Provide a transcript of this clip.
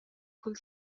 cul